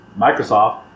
Microsoft